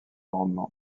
rendement